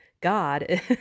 God